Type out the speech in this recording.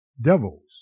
devils